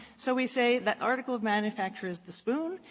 so we say the article of manufacture is the spoon.